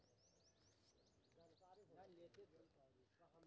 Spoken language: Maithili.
औषधि खेती मेंथा के लेल कोन समय में लगवाक सबसँ बेसी अच्छा होयत अछि?